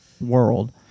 world